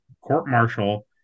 court-martial